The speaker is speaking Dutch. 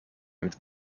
met